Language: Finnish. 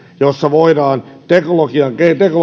jossa voidaan teknologiaa